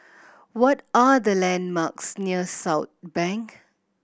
what are the landmarks near Southbank